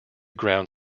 ground